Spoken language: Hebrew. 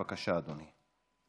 בבקשה, אדוני.